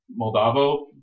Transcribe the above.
Moldavo